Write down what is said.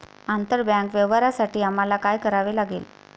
आंतरबँक व्यवहारांसाठी आम्हाला काय करावे लागेल?